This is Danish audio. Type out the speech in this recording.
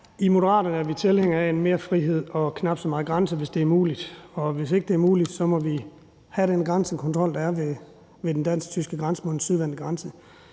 I Moderaterne er vi tilhængere af mere frihed og knap så meget grænsekontrol, hvis det er muligt. Og hvis ikke det er muligt, må vi have den grænsekontrol, der er ved den dansk-tyske grænse, den sydvendte grænse.